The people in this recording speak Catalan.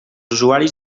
usuaris